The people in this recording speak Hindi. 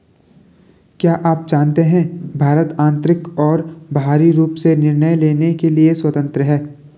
क्या आप जानते है भारत आन्तरिक और बाहरी रूप से निर्णय लेने के लिए स्वतन्त्र है?